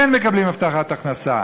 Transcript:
כן מקבלים הבטחת הכנסה.